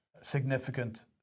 significant